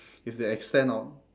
if they extend our